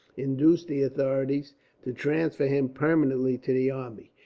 induced the authorities to transfer him permanently to the army.